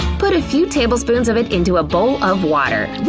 put a few tablespoons of it into a bowl of water.